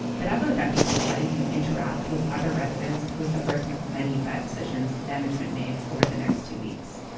but ablordeppey says letting him interact with other residents was the first of many bad decisions management made over the next two weeks.